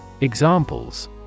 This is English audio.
Examples